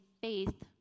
faith